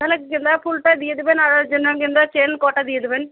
তাহলে গাঁদা ফুলটা দিয়ে দেবেন আর জন্য গাঁদার চেন কটা দিয়ে দেবেন